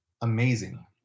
amazing